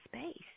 space